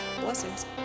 Blessings